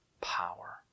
power